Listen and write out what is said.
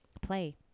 play